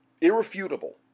irrefutable